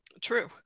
True